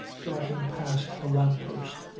darting past a lamp-post,